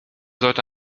sollten